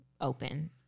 open